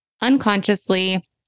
unconsciously